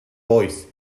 boys